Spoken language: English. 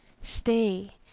Stay